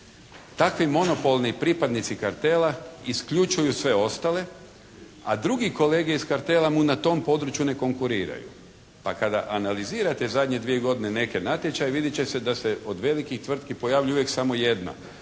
Takvi monopolni pripadnici kartela isključuju sve ostale, a drugi kolege iz kartela mu na tom području ne konkuriraju. Pa kada analizirate zadnje dvije godine neke natječaje vidjet će se da se od veliki tvrtki pojavljuje uvijek samo jedna.